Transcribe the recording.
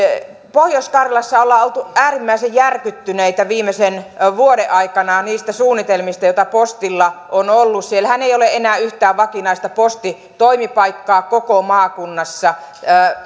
pohjois karjalassa ollaan oltu äärimmäisen järkyttyneitä viimeisen vuoden aikana niistä suunnitelmista joita postilla on ollut siellähän ei ole ollut enää yhtään vakinaista postitoimipaikkaa koko maakunnassa